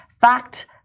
fact